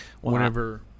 whenever